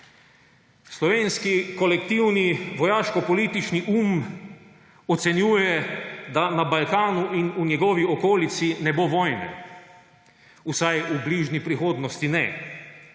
Slovenski kolektivni vojaško-politični um ocenjuje, da na Balkanu in v njegovi okolici ne bo vojne, vsaj v bližnji prihodnosti ne.